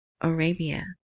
Arabia